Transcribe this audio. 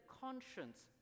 conscience